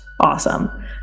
Awesome